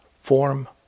form